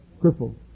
crippled